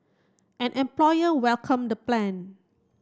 an employer welcomed the plan